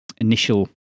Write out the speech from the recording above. initial